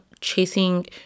chasing